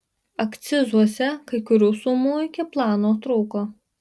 akcizuose kai kurių sumų iki plano trūko